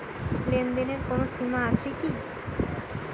লেনদেনের কোনো সীমা আছে কি?